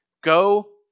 Go